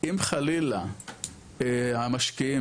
אם חלילה המשקיעים,